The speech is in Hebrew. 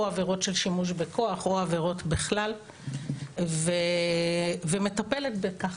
עבירות של שימוש בכוח או עבירות בכלל ומטפלת בכך,